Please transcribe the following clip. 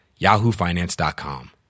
yahoofinance.com